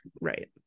Right